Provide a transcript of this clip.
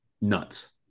nuts